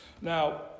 Now